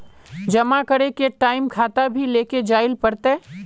जमा करे के टाइम खाता भी लेके जाइल पड़ते?